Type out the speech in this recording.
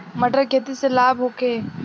मटर के खेती से लाभ होखे?